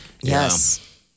Yes